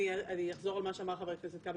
אני אחזור על מה שאמר חבר הכנסת כבל,